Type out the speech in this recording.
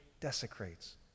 desecrates